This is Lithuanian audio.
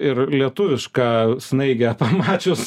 ir lietuvišką snaigę pamačius